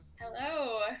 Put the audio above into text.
Hello